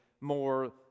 more